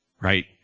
Right